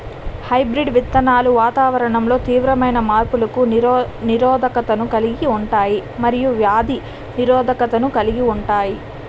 hybrid విత్తనాలు వాతావరణంలో తీవ్రమైన మార్పులకు నిరోధకతను కలిగి ఉంటాయి మరియు వ్యాధి నిరోధకతను కలిగి ఉంటాయి